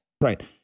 Right